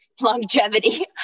longevity